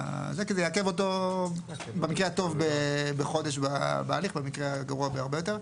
כי זה יעכב אותו במקרה הטוב בחודש ימים ובמקרה הגרוע בהרבה יותר.